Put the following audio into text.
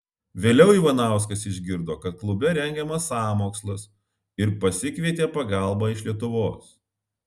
vėliau ivanauskas išgirdo kad klube rengiamas sąmokslas ir pasikvietė pagalbą iš lietuvos